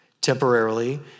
temporarily